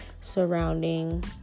surrounding